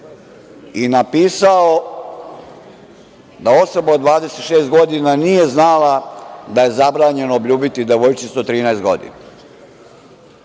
i napisao da osoba od 26 godina nije znala da je zabranjeno obljubiti devojčicu